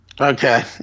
okay